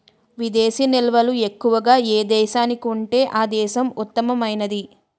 విదేశీ నిల్వలు ఎక్కువగా ఏ దేశానికి ఉంటే ఆ దేశం ఉత్తమమైనది